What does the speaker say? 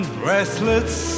bracelets